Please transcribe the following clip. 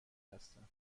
هستم